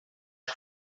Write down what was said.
que